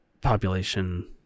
population